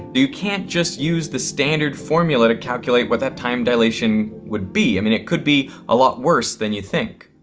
can't just use the standard formula to calculate what that time dilation would be. i mean, it could be a lot worse than you think.